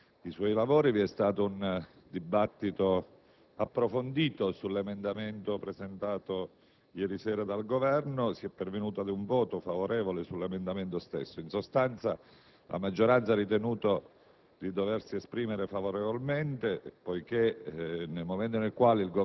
Signor Presidente, la Commissione bilancio ha concluso pochi minuti fa i suoi lavori. Vi è stato un dibattito approfondito sull'emendamento 1.Tab.1.600, presentato ieri sera dal Governo, e si è pervenuti a un voto favorevole sull'emendamento stesso.